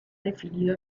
definido